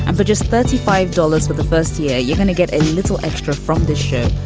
and but just thirty five dollars for the first year. you're going to get a little extra from this ship.